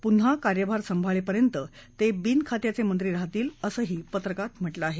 पुन्हा कार्यभार सांभाळेपर्यंत ते बिनखात्याचे मंत्री राहतील असं पत्रकात म्हाले आहे